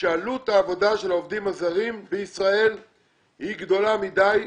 שעלות העבודה של העובדים הזרים בישראל היא גדולה מדי,